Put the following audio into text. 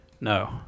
No